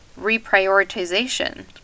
reprioritization